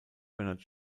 bernard